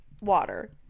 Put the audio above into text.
water